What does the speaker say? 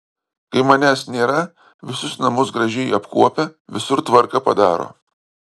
kai manęs nėra visus namus gražiai apkuopia visur tvarką padaro